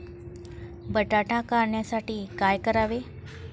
बटाटा काढणीसाठी काय वापरावे?